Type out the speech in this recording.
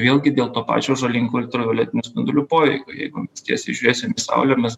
vėlgi dėl to pačio žalingo ultravioletinių spindulių poveikio jeigu mes tiesiai žiūrėsim į saulę mes